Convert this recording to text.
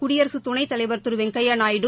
குடியரசு துணைத்தலைவர் திரு வெங்கையா நாயுடு